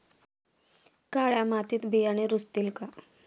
काळ्या मातीत बियाणे रुजतील का?